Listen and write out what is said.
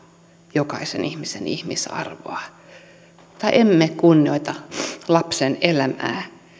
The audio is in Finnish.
jokaisen ihmisen ihmisarvoa tai emme kunnioita lapsen elämää